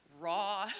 raw